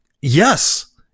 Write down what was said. yes